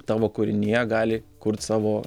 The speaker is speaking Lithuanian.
tavo kūrinyje gali kurt savo